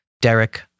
Derek